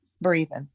breathing